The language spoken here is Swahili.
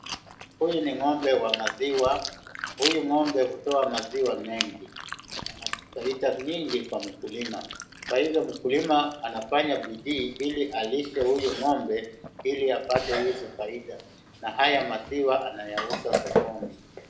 Huyu ni ng'ombe wa maziwa, huyu ng'ombe hutoa maziwa mengi. Anafaida mingi kwa mkulima. Kwa hivyo mkulima anafanya bidii ili alishe huyu ng'ombe ili apate hizi faida. Na haya maziwa ana yauza sokoni.